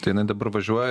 tai jinai dabar važiuoja